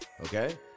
Okay